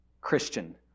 Christian